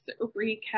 recap